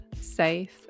safe